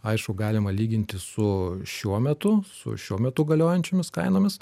aišku galima lyginti su šiuo metu su šiuo metu galiojančiomis kainomis